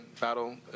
battle